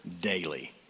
daily